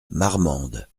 marmande